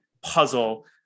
puzzle